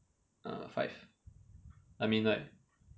err five I mean like